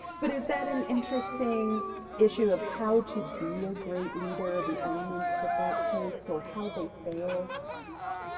but is that an interesting issue of how to be a great leader, the elements that that takes or how they fail?